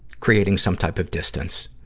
creating some type of distance.